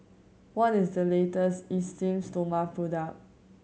what is the latest Esteem Stoma product